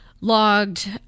logged